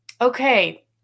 okay